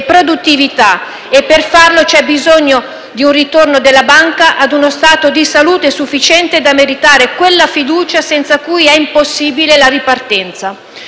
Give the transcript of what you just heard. produttività, e per farlo c'è bisogno di un ritorno della banca ad uno stato di salute sufficiente da meritare quella fiducia senza la quale è impossibile la ripartenza.